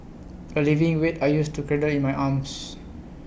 A leaving weight I used to cradle in my arms